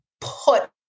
put